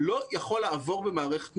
לא יכול לעבור במערכת נורמלית,